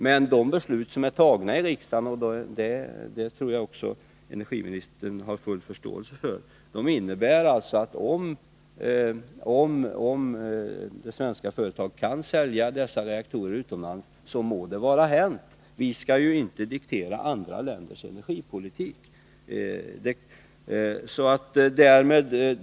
Men det beslut som är fattat i riksdagen gäller — det tror jag att energiministern har full förståelse för — att om det svenska företaget kan sälja dessa reaktorer, må det vara hänt — det är innebörden i detta beslut. Vi skall inte diktera andra länders energipolitik.